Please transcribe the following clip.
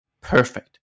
perfect